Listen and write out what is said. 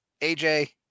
AJ